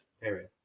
Period